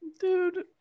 dude